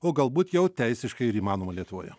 o galbūt jau teisiškai ir įmanoma lietuvoje